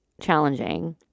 challenging